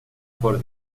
por